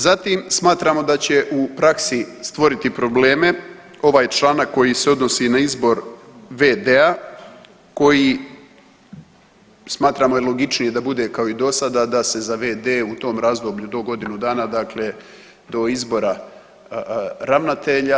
Zatim smatramo da će u praksi stvoriti probleme ovaj članak koji se odnosi na izbor v.d-a koji smatramo je logičnije da bude kao i do sada, da se za v.d. u tom razdoblju do godinu dana, dakle do izbora ravnatelja.